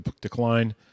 decline